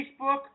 Facebook